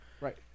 right